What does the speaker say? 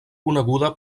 coneguda